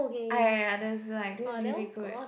ah ya ya there's like this really good